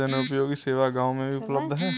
क्या जनोपयोगी सेवा गाँव में भी उपलब्ध है?